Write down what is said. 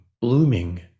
blooming